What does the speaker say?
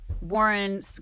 Warren